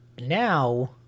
now